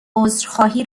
عذرخواهی